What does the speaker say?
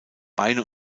beine